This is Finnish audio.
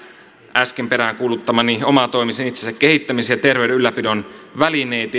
äsken peräänkuuluttamiani omatoimisen itsensä kehittämisen ja terveyden ylläpidon välineitä